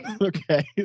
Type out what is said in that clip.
Okay